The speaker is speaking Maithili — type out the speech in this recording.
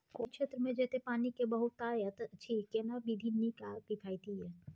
कोशी क्षेत्र मे जेतै पानी के बहूतायत अछि केना विधी नीक आ किफायती ये?